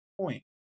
point